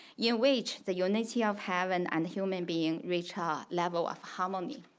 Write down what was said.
yeah which the unity of heaven and human being reached ah a level of harmony.